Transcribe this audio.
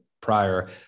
prior